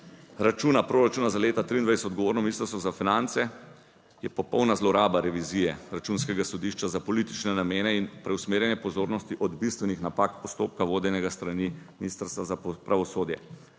računa proračuna za leto 2023 odgovorno ministrstvo za finance, je popolna zloraba revizije Računskega sodišča za politične namene in preusmerjanje pozornosti od bistvenih napak postopka vodenega s strani Ministrstva za pravosodje.